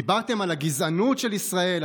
דיברתם על הגזענות של ישראל,